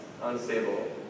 unstable